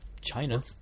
China